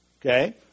Okay